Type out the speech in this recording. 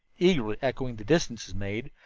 eagerly echoing the distances made,